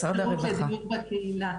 לדיור בקהילה